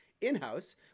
In-House